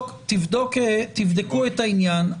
אתה, תבדקו את העניין.